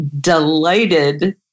delighted